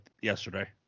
yesterday